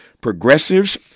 Progressives